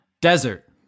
desert